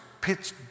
pitch